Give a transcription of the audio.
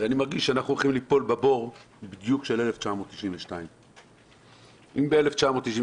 ואני מרגיש שאנחנו הולכים ליפול בבור של 1992. אם ב-1992,